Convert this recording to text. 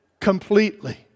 completely